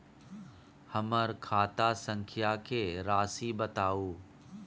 हमर खाता संख्या के राशि बताउ